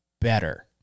better